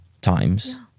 times